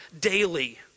daily